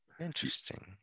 interesting